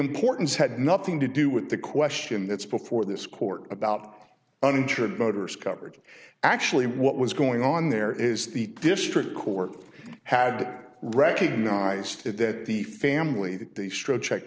importance had nothing to do with the question that's before this court about uninsured voters covered actually what was going on there is the district court had recognized that the family that the stroke check